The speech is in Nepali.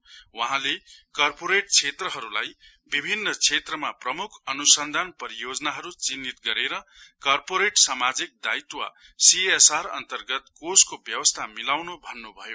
साथै वहाँले कार्पोरिट क्षेत्रहरुलाई विभिन्न क्षेत्रमा प्रमुख अनुसन्धान परियोजनाहरु चिन्हित गरेर कार्पोरेट सामाजिक दायित्व सीएसआर अन्तर्गत कोषको व्यवस्था मिलाउनु भन्नु भयो